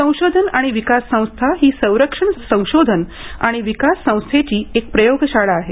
संशोधन आणि विकास संस्था ही संरक्षण संशोधन आणि विकास संस्थेची एक प्रयोगशाळा आहे